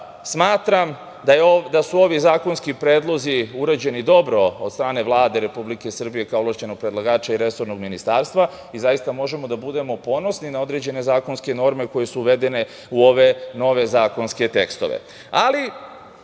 smatram da su ovi zakonski predlozi uređeni dobro od strane Vlade Republike Srbije kao ovlašćenog predlagača i resornog ministarstva i zaista možemo da budemo ponosi na određene zakonske norme koje su uvedene u ove nove zakonske tekstove. Ipak,